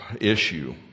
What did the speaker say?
issue